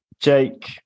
Jake